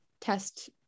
test